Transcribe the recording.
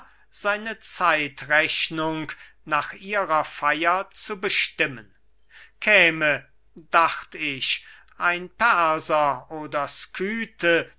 seine zeitrechnung nach ihrer feyer zu bestimmen käme dacht ich ein perser oder